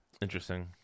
interesting